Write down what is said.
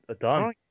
Done